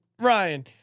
Ryan